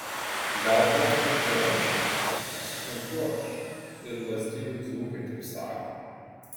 gal tat ir gera išeitis sutinku aš ir lazdijų dzūkai taip sako